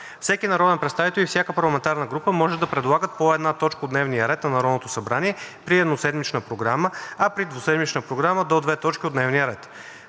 Всеки народен представител и всяка парламентарна група може да предлагат по една точка от дневния ред на Народното събрание при едноседмична програма, а при двуседмична програма – до две точки от дневния ред.